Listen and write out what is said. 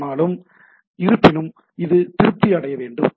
ஆனால் இருப்பினும் இது திருப்தி அடைய வேண்டும்